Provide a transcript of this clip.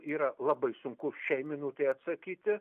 yra labai sunku šiai minutei atsakyti